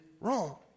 wrong